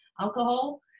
alcohol